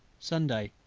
sunday,